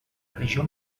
regió